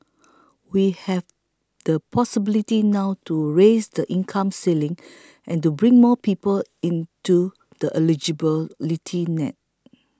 we have the possibility now to raise the income ceiling and bring more people into the eligibility net